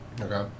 Okay